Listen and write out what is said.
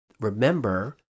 remember